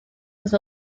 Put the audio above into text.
with